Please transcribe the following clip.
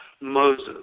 Moses